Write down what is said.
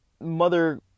mother